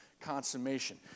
consummation